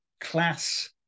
class